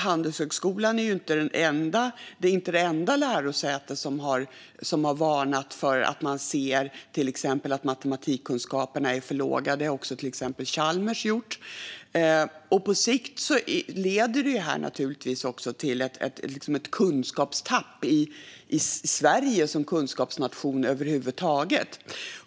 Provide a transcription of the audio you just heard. Handelshögskolan är inte det enda lärosäte som har varnat för detta och som har sett att till exempel matematikkunskaperna är för låga. Det har också till exempel Chalmers gjort. På sikt leder detta naturligtvis också till ett kunskapstapp för Sverige som kunskapsnation över huvud taget.